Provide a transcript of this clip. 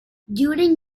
during